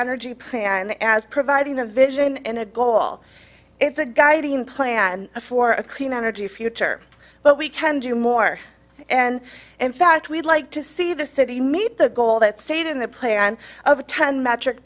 energy plan as providing a vision and a goal it's a guiding plan for a clean energy future but we can do more and in fact we'd like to see the city meet the goal that stated in the play on a ten metric